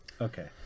okay